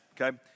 Okay